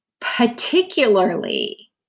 particularly